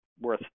worth